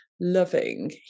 loving